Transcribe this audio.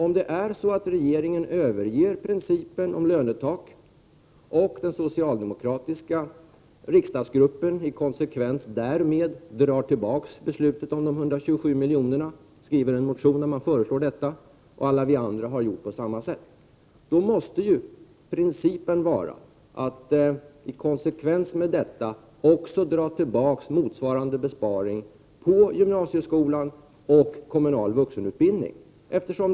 Överger regeringen principen om lönetak och den socialdemokratiska riksdagsgruppen i konsekvens därmed skriver en motion med ett förslag om att ändra beslutet om de 127 miljonerna och alla vi andra gör på samma sätt, måste i konsekvens med detta motsvarande besparing för gymnasieskolan och kommunal vuxenutbildning också tas tillbaka.